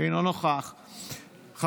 אינו נוכח,